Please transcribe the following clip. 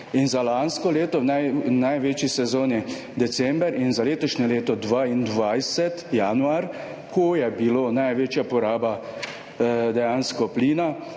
za lansko leto v največji sezoni december in za letošnje leto 2022, januar, ko je bila največja poraba plina,